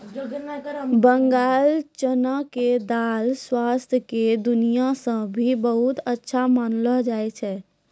बंगाल चना के दाल स्वाद के दृष्टि सॅ भी बहुत अच्छा मानलो जाय छै